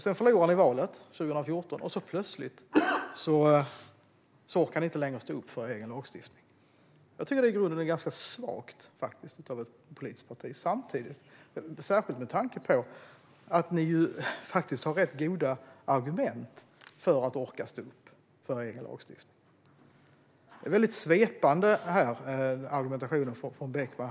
Sedan förlorade ni valet 2014, och så plötsligt orkar ni inte längre stå upp för er egen lagstiftning. Jag tycker att det i grunden är ganska svagt av ett politiskt parti, särskilt med tanke på att ni faktiskt har rätt goda argument för att orka stå upp för er egen lagstiftning. Argumentationen från Beckman är väldigt svepande.